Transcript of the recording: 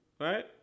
Right